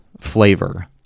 flavor